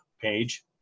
page